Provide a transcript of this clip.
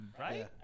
right